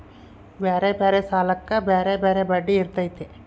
ಬ್ಯಾರೆ ಬ್ಯಾರೆ ಸಾಲಕ್ಕ ಬ್ಯಾರೆ ಬ್ಯಾರೆ ಬಡ್ಡಿ ಇರ್ತತೆ